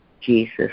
Jesus